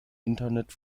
internet